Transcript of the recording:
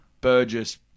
Burgess